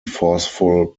forceful